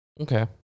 Okay